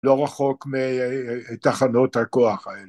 לא רחוק מתחנות הכוח האלה.